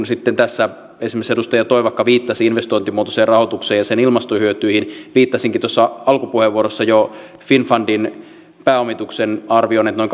sitten tässä esimerkiksi edustaja toivakka viittasi investointimuotoiseen rahoitukseen ja sen ilmastohyötyihin ja viittasinkin tuossa alkupuheenvuorossa jo finnfundin pääomituksen arvioon että noin